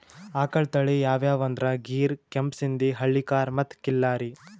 ಆಕಳ್ ತಳಿ ಯಾವ್ಯಾವ್ ಅಂದ್ರ ಗೀರ್, ಕೆಂಪ್ ಸಿಂಧಿ, ಹಳ್ಳಿಕಾರ್ ಮತ್ತ್ ಖಿಲ್ಲಾರಿ